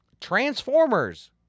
Transformers